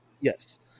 Yes